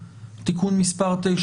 תיקון מס' 9,